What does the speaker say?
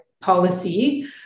policy